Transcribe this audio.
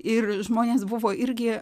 ir žmonės buvo irgi